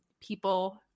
people